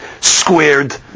squared